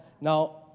now